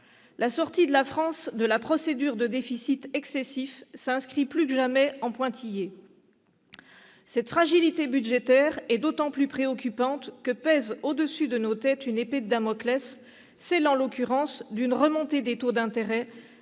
La sortie de la France de la procédure de déficit excessif s'inscrit plus que jamais en pointillé. Cette fragilité budgétaire est d'autant plus préoccupante qu'une épée de Damoclès pèse au-dessus de nos têtes, en l'occurrence celle d'une remontée des taux d'intérêt,